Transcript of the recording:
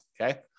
Okay